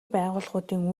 байгууллагуудын